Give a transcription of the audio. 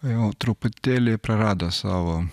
jau truputėlį prarado savo